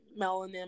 melanin